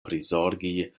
prizorgi